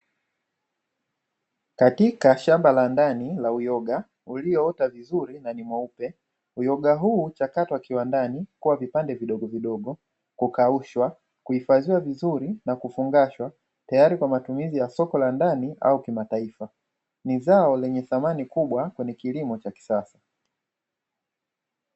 Katika shamba la ndani la uyoga ulioota vizuri na ni mweupe, uyoga huu huchakatwa kiwandani kuwa vipande vidogo vidogo, kukaushwa, kuhifadhiwa vizuri na kufungashwa tayari kwa matumizi ya soko la ndani au kimataifa ni zao lenye thamani kubwa kwenye kilimo cha kisasa.